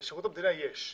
בשירות המדינה יש.